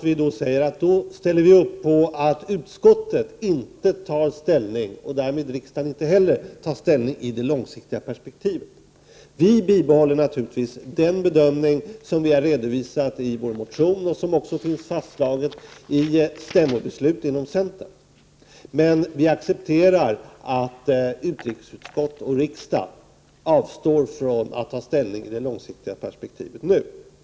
Vi ställer oss bakom utskottets förslag att riksdagen inte tar ställning i det långsiktiga perspektivet. Vi i centern bibehåller den bedömning som vi har redovisat i vår motion och som också finns fastslagen genom stämmobeslut inom centern. Vi accepterar att utrikesutskottet och riksdagen nu avstår från att ta ställning i det långsiktiga perspektivet.